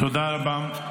תודה רבה.